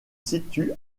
situe